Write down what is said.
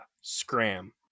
scram